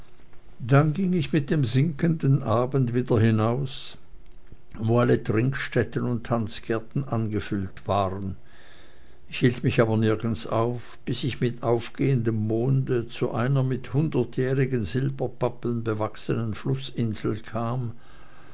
dann ging ich mit dem sinkenden abend wieder hinaus wo alle trinkstätten und tanzgärten angefüllt waren ich hielt mich aber nirgends auf bis ich mit aufgehendem monde zu einer mit hundertjährigen silberpappeln bewachsenen flußinsel kam